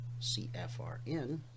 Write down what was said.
cfrn